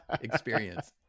experience